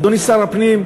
אדוני שר הפנים,